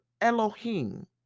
Elohim